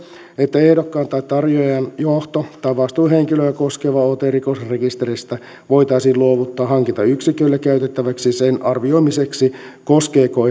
että ehdokkaan tai tarjoajan johto tai vastuuhenkilöä koskeva ote rikosrekisteristä voitaisiin luovuttaa hankintayksikölle käytettäväksi sen arvioimiseksi koskeeko